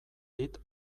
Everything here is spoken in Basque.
dit